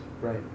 Right